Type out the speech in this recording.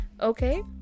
Okay